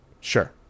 Sure